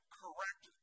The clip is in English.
correct